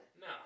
No